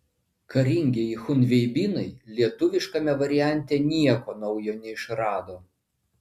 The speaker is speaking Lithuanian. karingieji chunveibinai lietuviškame variante nieko naujo neišrado